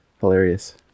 Hilarious